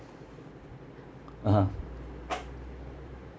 (uh huh)